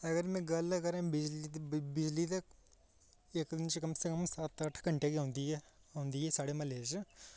अगर में गल्ल करां बिजली दी बिजली ते इक दिन च कम से कम सत्त अट्ठ घैंटे गै औंदी ऐ साढ़े महल्ले च